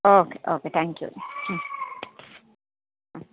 okay okay thank you ಹ್ಞೂ ಹ್ಞೂ